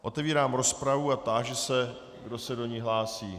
Otevírám rozpravu a táži se, kdo se do ní hlásí.